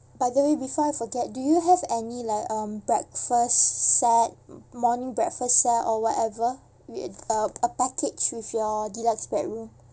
by the way before I forget do you have any like um breakfast set morning breakfast set or whatever uh uh packaged with your deluxe bedroom